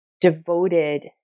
devoted